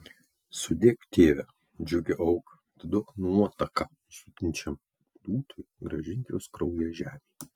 sudėk tėve džiugią auką atiduok nuotaką švytinčiam liūtui grąžink jos kraują žemei